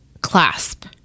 clasp